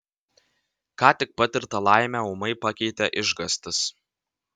ką tik patirtą laimę ūmai pakeitė išgąstis